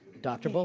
dr. but